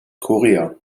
korea